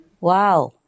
Wow